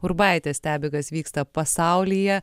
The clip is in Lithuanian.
urbaitė stebi kas vyksta pasaulyje